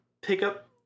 pickup